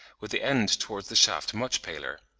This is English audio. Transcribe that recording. with the end towards the shaft much paler.